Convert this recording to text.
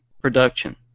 production